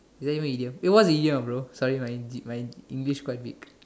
is that even an idiom eh what is an idiom ah bro sorry my English my English quite weak